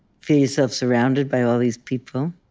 feel yourself surrounded by all these people.